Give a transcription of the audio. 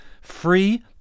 free